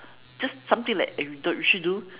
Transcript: just something like eh we should do